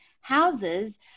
houses